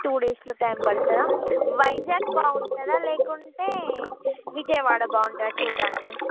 two డేస్లో time పడుతుందా వైజాగ్ బాగుంటుందా లేకుంటే విజయవాడ బాగుంతుందా చూడ్డానికి